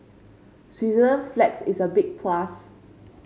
Switzerland flags is a big plus